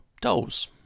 dolls